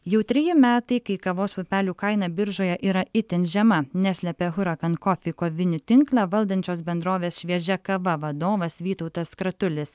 jau treji metai kai kavos pupelių kaina biržoje yra itin žema neslepia hurakan kofi kovinį tinklą valdančios bendrovės šviežia kava vadovas vytautas kratulis